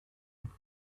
dunes